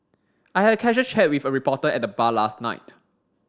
I had a casual chat with a reporter at the bar last night